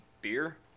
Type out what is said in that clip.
beer